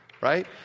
Right